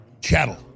chattel